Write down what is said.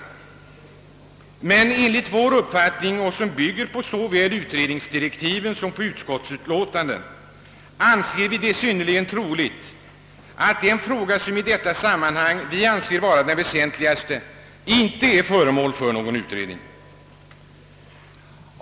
Enligt vår uppfattning, som bygger på såväl utredningsdirektiv som utskottsutlåtande, är det dock synnerligen troligt att den fråga som vi i detta sammanhang anser vara den väsentligaste inte är föremål för någon utredning.